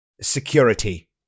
Security